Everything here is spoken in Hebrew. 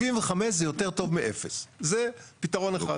זה פתרון אחד.